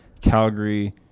Calgary